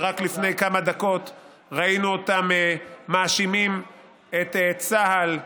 שרק לפני כמה דקות ראינו אותם מאשימים את צה"ל.